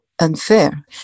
unfair